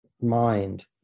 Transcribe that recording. mind